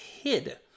hid